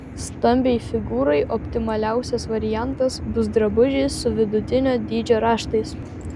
stambiai figūrai optimaliausias variantas bus drabužiai su vidutinio dydžio raštais